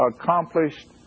accomplished